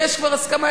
ויש כבר הסכמה,